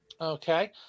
Okay